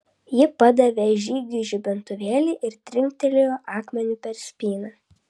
ji padavė žygiui žibintuvėlį ir trinktelėjo akmeniu per spyną